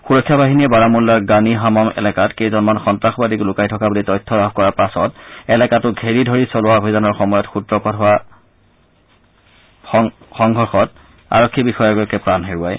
সুৰক্ষা বাহিনীয়ে বাৰমুল্লাৰ গানি হামাম এলেকাত কেইজনমান সন্নাসবাদী লুকাই থকা বুলি তথ্য লাভ কৰাৰ পাছত এলেকাটো ঘেৰি ধৰি চলোৱা অভিযানৰ সময়ত সুত্ৰপাত হোৱা সন্দৰ্ভত বিশেষ আৰক্ষী বিষয়াগৰাকীয়ে প্ৰাণ হেৰুৱায়